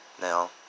Now